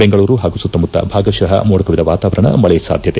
ಬೆಂಗಳೂರು ಹಾಗೂ ಸುತ್ತಮುತ್ತ ಭಾಗತ ಮೋಡಕವಿದ ವಾತಾವರಣ ಮಳೆ ಸಾಧ್ಯತೆ